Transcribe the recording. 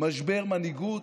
משבר מנהיגות,